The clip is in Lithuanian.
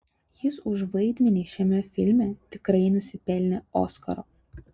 jis už vaidmenį šiame filme tikrai nusipelnė oskaro